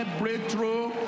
breakthrough